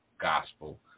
Gospel